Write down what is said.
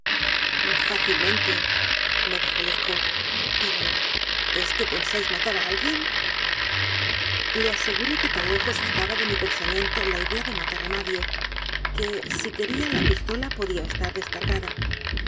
pistola fácilmenteme dijo lescaut pero es que pensáis matar a al guien le aseguré que tan lejos estaba de mi pensamiento la idea de matar a nadie que si que ría la pistola podía estar descargada